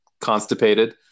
constipated